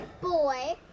Boy